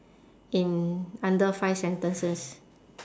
in under five sentences